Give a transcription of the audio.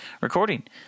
recording